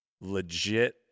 legit